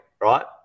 right